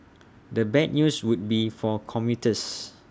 the bad news would be for commuters